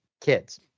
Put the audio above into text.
kids